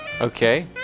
Okay